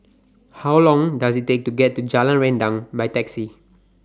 How Long Does IT Take to get to Jalan Rendang By Taxi